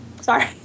Sorry